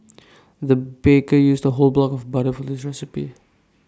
the baker used A whole block of butter for this recipe